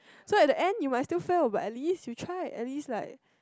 so at the end you might still feel about at least you try at least like